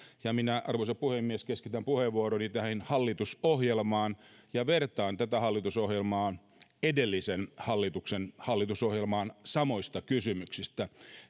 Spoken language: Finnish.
minä arvoisa puhemies keskitän puheenvuoroni tähän hallitusohjelmaan ja vertaan tätä hallitusohjelmaa edellisen hallituksen hallitusohjelmaan samoissa kysymyksissä